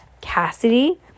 Cassidy